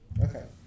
Okay